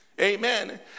Amen